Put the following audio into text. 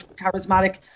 charismatic